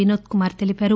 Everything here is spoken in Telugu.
వినోద్ కుమార్ తెలిపారు